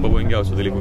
pavojingiausių dalykų